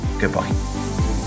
goodbye